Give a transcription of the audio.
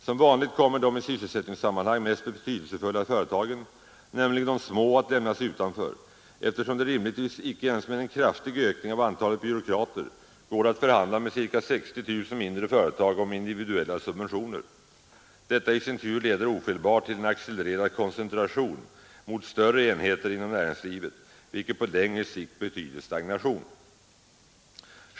Som vanligt kommer de i sysselsättningssammanhang mest betydelsefulla företagen, nämligen de små, att lämnas utanför, eftersom det rimligtvis icke ens med en kraftig ökning av antalet byråkrater går att förhandla med ca 60 000 mindre företag om individuella subventioner. Detta i sin tur leder ofelbart till en accelererad koncentration inom näringslivet, vilket på längre sikt betyder stagnation.